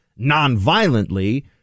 nonviolently